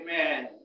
Amen